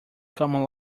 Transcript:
common